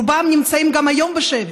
רובם נמצאים גם היום בשבי.